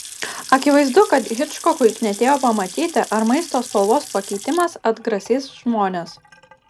akivaizdu kad hičkokui knietėjo pamatyti ar maisto spalvos pakeitimas atgrasys žmones